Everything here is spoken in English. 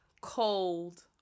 cold